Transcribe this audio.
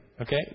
Okay